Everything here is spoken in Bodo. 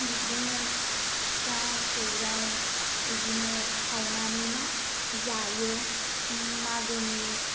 बिब्दिनो फिथा सौराइ बिदिनो सावनानै मा जायो मागोनि